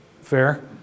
Fair